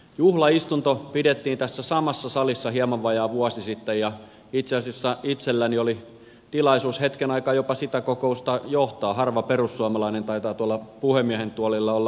juhlaistunto pidettiin tässä samassa salissa hieman vajaa vuosi sitten ja itse asiassa itselläni oli tilaisuus hetken aikaa jopa sitä kokousta johtaa harva perussuomalainen taitaa tuolla puhemiehen tuolilla olla istunut